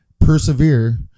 persevere